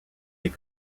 des